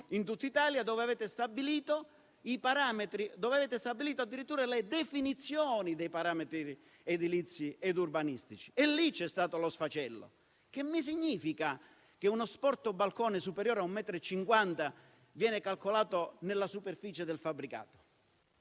i parametri, dove avete stabilito addirittura le definizioni dei parametri edilizi ed urbanistici. E lì c'è stato lo sfacelo: che significa che uno sporto di un balcone superiore a un metro e cinquanta viene calcolato nella superficie del fabbricato?